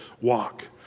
walk